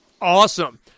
Awesome